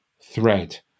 thread